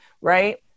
right